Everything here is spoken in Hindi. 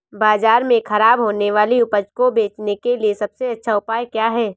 बाज़ार में खराब होने वाली उपज को बेचने के लिए सबसे अच्छा उपाय क्या हैं?